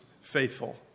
faithful